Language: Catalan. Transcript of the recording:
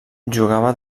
jugava